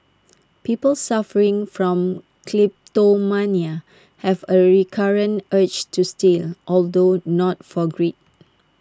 people suffering from kleptomania have A recurrent urge to steal although not for greed